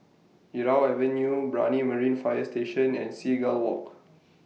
Irau Avenue Brani Marine Fire Station and Seagull Walk